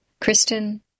Kristen